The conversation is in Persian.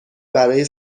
برای